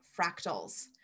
fractals